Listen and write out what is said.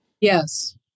Yes